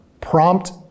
prompt